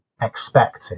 expected